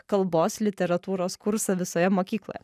kalbos literatūros kursą visoje mokykloje